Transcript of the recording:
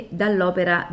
dall'opera